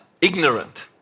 ignorant